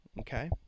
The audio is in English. Okay